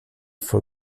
for